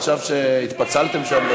עכשיו שהתפצלתם שם,